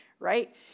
Right